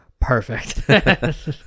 perfect